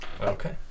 Okay